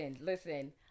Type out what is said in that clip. listen